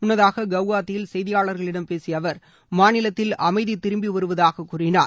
முன்னதாக கவுகாத்தியில் செய்தியாளர்களிடம் பேசிய அவர் மாநிலத்தில் அமைதி திரும்பிவருவதாக கூறினார்